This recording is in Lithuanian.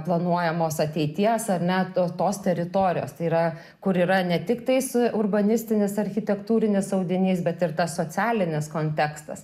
planuojamos ateities ar ne tos teritorijos tai yra kur yra ne tiktais urbanistinis architektūrinis audinys bet ir tas socialinis kontekstas